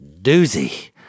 doozy